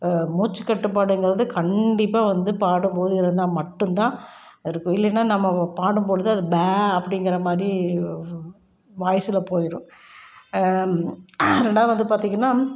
மூச்சுக்கட்டுப்பாடுங்கிறது கண்டிப்பாக வந்து பாடும் போது இருந்தால் மட்டும் தான் ஒரு குயிலுனா நம்ம பாடும் பொழுது அது ப அப்படிங்குறமாதிரி வாய்ஸ்ல போயிடும் ரெண்டாவது பார்த்திங்னா